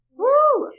Woo